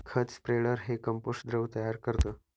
खत स्प्रेडर हे कंपोस्ट द्रव तयार करतं